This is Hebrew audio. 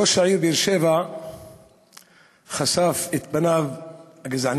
ראש העיר באר-שבע חשף את פניו הגזעניים